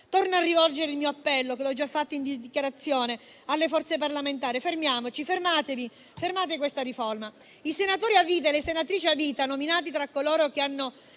Torno a rivolgere il mio appello, come ho già fatto in dichiarazione di voto, alle forze parlamentari: fermiamoci, fermatevi, fermate questa riforma. I senatori a vita e le senatrici a vita nominati tra coloro che hanno